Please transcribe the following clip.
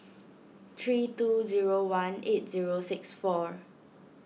three two zero one eight zero six four